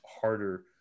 harder